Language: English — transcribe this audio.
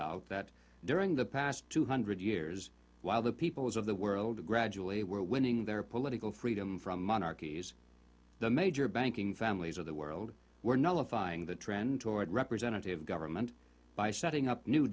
out that during the past two hundred years while the peoples of the world gradually were winning their political freedom from monarchies the major banking families of the world were not fighting the trend toward representative government by setting up new